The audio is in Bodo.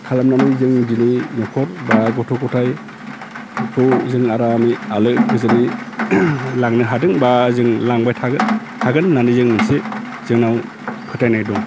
खालामनानै जों दिनै न'खर बा गथ' गथाइ बेखौ जों आरामै आलो गोजोनै लांनो हादों बा जों लांबाय थागोन हागोन होननानै जों मोनसे जोंनाव फोथायनाय दं